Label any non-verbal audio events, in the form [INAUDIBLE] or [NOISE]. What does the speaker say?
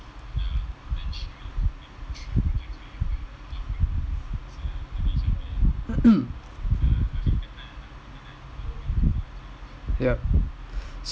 [NOISE] yup